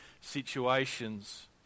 situations